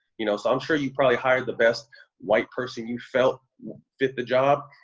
you know? so i'm sure you probably hired the best white person you felt fit the job,